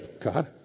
God